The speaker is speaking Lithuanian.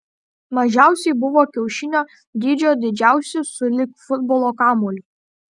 mažiausi buvo kiaušinio dydžio didžiausi sulig futbolo kamuoliu